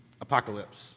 apocalypse